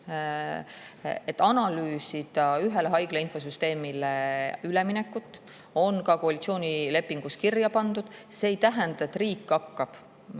et analüüsida ühele haiglainfosüsteemile üleminekut, on ka koalitsioonilepingus kirja pandud. See ei tähenda, et riik hakkab